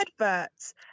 adverts